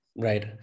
Right